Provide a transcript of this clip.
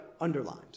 underlined